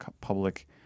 public